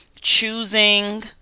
choosing